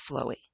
flowy